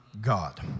God